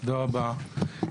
תודה רבה.